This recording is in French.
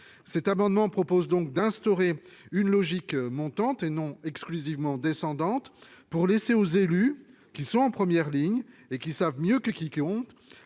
Cet amendement tend donc à instaurer une logique montante, et non pas exclusivement descendante, pour laisser aux élus, qui sont en première ligne et qui savent mieux que quiconque